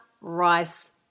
rice